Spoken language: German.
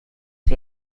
wie